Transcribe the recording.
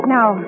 Now